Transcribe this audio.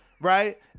right